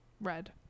red